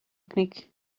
cnoic